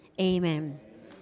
amen